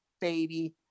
baby